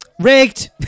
Rigged